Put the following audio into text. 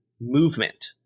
movement